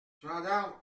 gendarmes